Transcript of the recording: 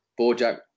Bojack